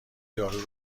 دارو